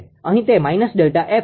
અહી તે ΔF છે